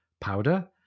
powder